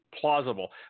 plausible